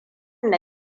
na